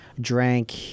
drank